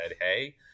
hey